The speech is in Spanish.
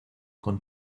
con